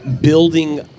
building